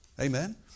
Amen